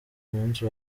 umunsi